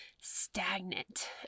stagnant